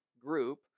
group